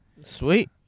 Sweet